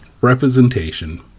Representation